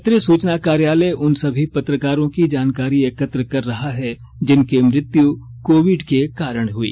पत्र सूचना कार्यालय उन सभी पत्रकारों की जानकारी एकत्र कर रहा है जिनकी मृत्यु कोविड के कारण हुई